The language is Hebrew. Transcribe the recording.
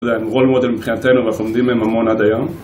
אתה יודע הם role model מבחינתנו ואנחנו לומדים מהם המון עד היום